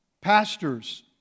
pastors